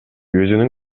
өзүнүн